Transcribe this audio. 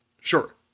Sure